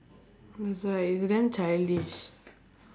that's why it's damn childish